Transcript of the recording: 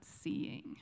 seeing